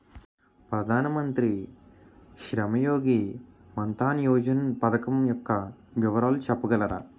ప్రధాన మంత్రి శ్రమ్ యోగి మన్ధన్ యోజన పథకం యెక్క వివరాలు చెప్పగలరా?